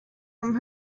from